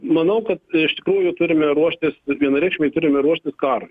mat manau kad iš tikrųjų turime ruoštis vienareikšmiai turime ruoštis karui